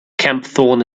kempthorne